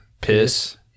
piss